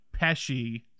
pesci